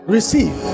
Receive